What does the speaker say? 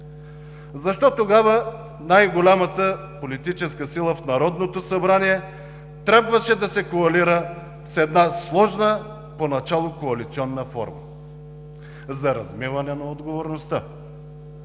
Защо тогава най-голямата политическа сила в Народното събрание трябваше да се коалира с една сложна поначало коалиционна форма? За размиване на отговорността,